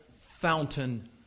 fountain